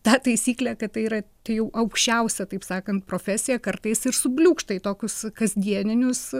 ta taisyklė kad tai yra tai jau aukščiausia taip sakan profesija kartais ir subliūkšta į tokius kasdieninius